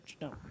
No